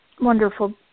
wonderful